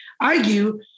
argue